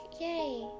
Yay